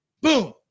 Boom